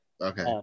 Okay